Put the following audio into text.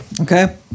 Okay